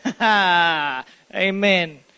Amen